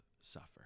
suffer